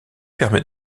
permet